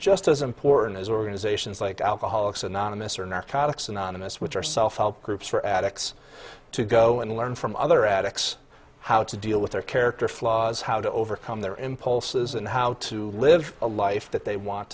just as important as organizations like alcoholics anonymous or narcotics anonymous which are self help groups for addicts to go and learn from other addicts how to deal with their character flaws how to overcome their impulses and how to live a life that they want